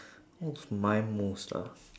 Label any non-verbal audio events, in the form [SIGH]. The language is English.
[BREATH] what was my most ah